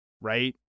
Right